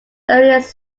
earliest